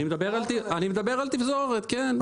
אני מדבר על תפזורת, כן.